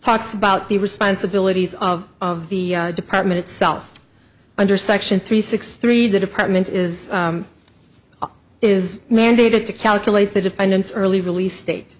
talks about the responsibilities of of the department itself under section three six three the department is is mandated to calculate the dependents early release state